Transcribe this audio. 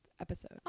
episode